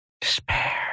Despair